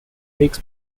takes